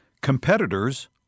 competitors